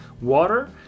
water